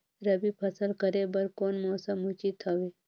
रबी फसल करे बर कोन मौसम उचित हवे?